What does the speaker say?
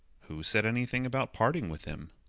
who said anything about parting with him?